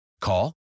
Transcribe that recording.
Call